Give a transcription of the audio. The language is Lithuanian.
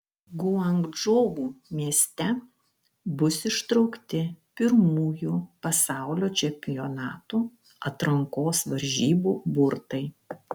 guangdžou mieste bus ištraukti pirmųjų pasaulio čempionato atrankos varžybų burtai